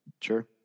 Sure